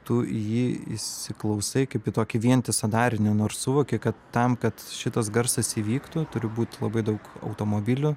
tu į jį įsiklausai kaip į tokį vientisą darinį nors suvoki kad tam kad šitas garsas įvyktų turi būt labai daug automobilių